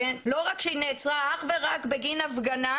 לא רק שהיא נעצרה אך ורק בגין הפגנה,